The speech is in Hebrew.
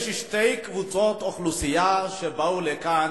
שיש שתי קבוצות אוכלוסייה כאן: